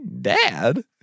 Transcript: Dad